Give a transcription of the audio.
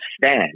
stand